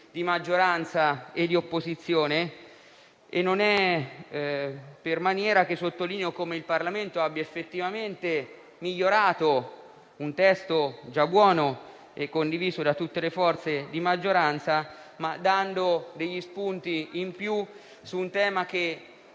di maggioranza ed opposizione. E non è per maniera che sottolineo come il Parlamento abbia effettivamente migliorato un testo già buono e condiviso da tutte le forze di maggioranza, dando degli spunti in più su un tema che